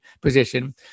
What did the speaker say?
position